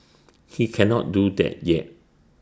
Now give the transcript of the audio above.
he cannot do that yet